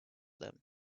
him